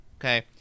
okay